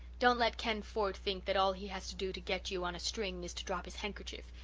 don't let ken ford think that all he has to do to get you on a string is to drop his handkerchief.